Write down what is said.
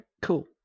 Cool